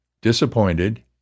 disappointed